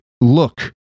look